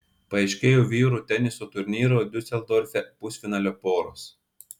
paaiškėjo vyrų teniso turnyro diuseldorfe pusfinalio poros